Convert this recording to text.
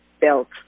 built